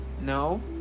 No